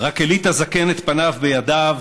/ רק הליט הזקן את פניו בידיו...